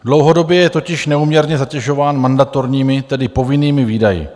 Dlouhodobě je totiž neúměrně zatěžován mandatorními, tedy povinnými výdaji.